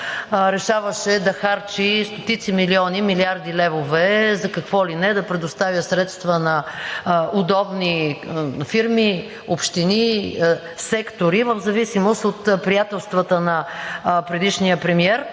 решаваше да харчи стотици милиони, милиарди левове за какво ли не, да предоставя средства на удобни фирми, общини, сектори в зависимост от приятелствата на предишния премиер.